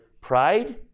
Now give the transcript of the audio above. Pride